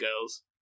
girls